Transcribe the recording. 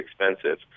expensive